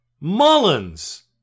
Mullins